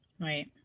Right